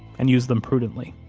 and use them prudently.